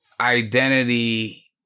identity